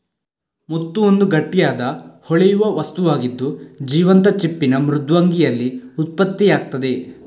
ಮುತ್ತು ಒಂದು ಗಟ್ಟಿಯಾದ, ಹೊಳೆಯುವ ವಸ್ತುವಾಗಿದ್ದು, ಜೀವಂತ ಚಿಪ್ಪಿನ ಮೃದ್ವಂಗಿಯಲ್ಲಿ ಉತ್ಪತ್ತಿಯಾಗ್ತದೆ